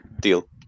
Deal